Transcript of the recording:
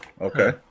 Okay